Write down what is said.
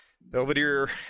Belvedere